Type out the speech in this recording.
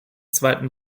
zweiten